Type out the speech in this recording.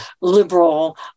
liberal